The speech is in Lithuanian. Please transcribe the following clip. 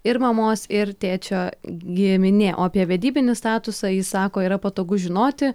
ir mamos ir tėčio giminė o apie vedybinį statusą jis sako yra patogu žinoti